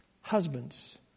Husbands